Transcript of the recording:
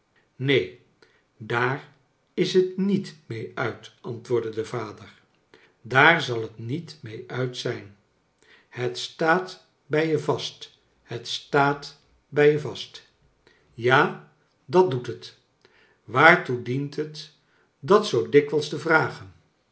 neen daar is het niet mee uit antwoordde de vader daar zal het niet mee uit zijn het staat bij je vast i het staat bij je vast ja dat doet het waartoe dient het dat zoo dikwijls te vragen